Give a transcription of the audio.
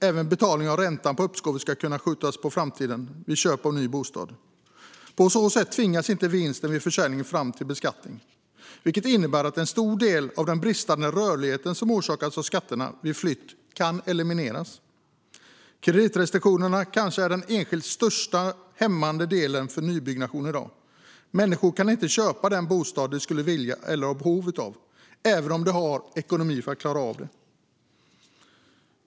Även betalningen av räntan på uppskovet ska kunna skjutas på framtiden vid köp av ny bostad. På så sätt tvingas inte vinsten vid försäljning fram till beskattning, vilket innebär att en stor del av den bristande rörligheten som orsakas av skatterna vid flytt kan elimineras. Kreditrestriktionerna kanske är den enskilt största hämmande delen för nybyggnation i dag. Människor kan inte köpa den bostad de skulle vilja köpa eller har behov av, även om de har ekonomi för att klara av det.